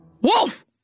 Wolf